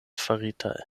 faritaj